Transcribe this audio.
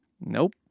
Nope